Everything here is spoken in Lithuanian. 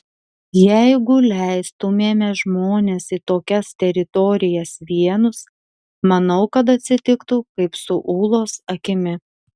jeigu leistumėme žmones į tokias teritorijas vienus manau kad atsitiktų kaip su ūlos akimi